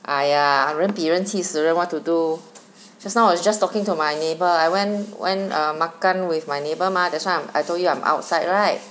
哎呀人比人气死人 what to do just now I was just talking to my neighbor I went went uh makan with my neighbour mah that's why I'm I told you I'm outside right